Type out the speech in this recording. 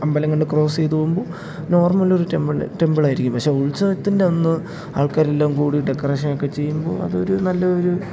അമ്പലങ്ങളിൽ ക്രോസ് ചെയ്തു പോകുമ്പോൾ നോർമലൊരു ടെമ്പിള് ടെമ്പിളായിരിക്കും പക്ഷെ ഉത്സവത്തിൻ്റെ അന്ന് ആൾക്കാരെല്ലാം കൂടി ഡെക്കറേഷനൊക്കെ ചെയ്യുമ്പോഴതൊരു നല്ലൊരു